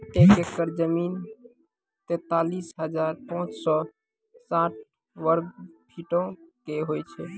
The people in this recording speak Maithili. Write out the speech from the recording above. एक एकड़ जमीन, तैंतालीस हजार पांच सौ साठ वर्ग फुटो के होय छै